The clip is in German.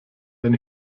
wenn